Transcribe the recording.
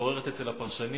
שמתעוררת אצל הפרשנים.